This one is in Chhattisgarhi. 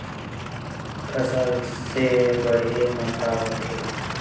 फसल से बाढ़े म का होथे?